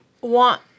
want